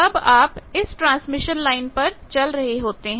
तब आप इस ट्रांसमिशन लाइन पर चल रहे होते हैं